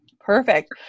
Perfect